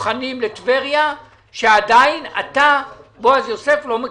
מוכנים לטבריה שעדיין אתה בועז יוסף לא מקבל.